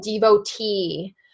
devotee